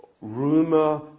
rumor